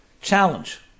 challenge